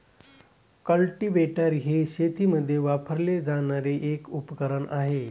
cultivator हे शेतीमध्ये वापरले जाणारे एक उपकरण आहे